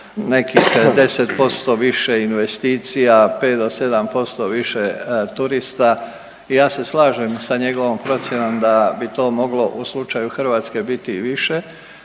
nekih 10% više investicija, 5 do 7% više turista. Ja se slažem sa njegovom procjenom da bi to moglo u slučaju Hrvatske biti i više.